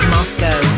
Moscow